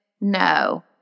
No